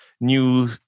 new